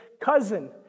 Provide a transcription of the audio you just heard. cousin